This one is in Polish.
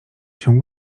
się